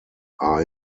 are